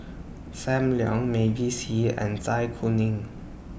SAM Leong Mavis and Zai Kuning